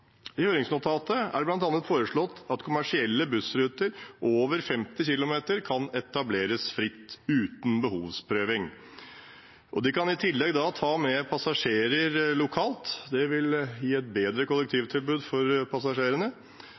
I høringsnotatet er det bl.a. foreslått at kommersielle bussruter over 50 km kan etableres fritt, uten behovsprøving. De kan i tillegg da ta med passasjerer lokalt. Det vil gi et bedre kollektivtilbud for passasjerene